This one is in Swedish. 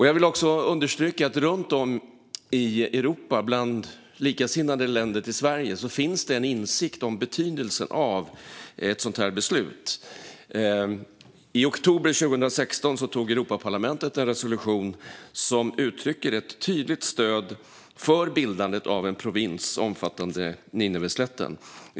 Jag vill också understryka att det runt om i Europa bland Sveriges likasinnade länder finns en insikt om betydelsen av ett sådant beslut. I oktober 2016 antog Europaparlamentet en resolution som uttrycker ett tydligt stöd för bildandet av en provins omfattande Nineveslätten.